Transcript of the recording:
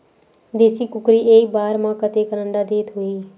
देशी कुकरी एक बार म कतेकन अंडा देत होही?